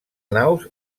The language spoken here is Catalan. naus